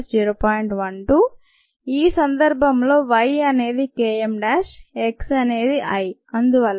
12 ఈ సందర్భంలో y అనేది Km x అనేది I అందువల్ల కి